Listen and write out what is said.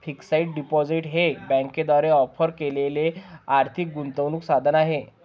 fixed deposit हे बँकांद्वारे offer केलेले आर्थिक गुंतवणूक साधन आहे